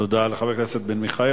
תודה לחבר הכנסת בן-ארי.